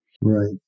Right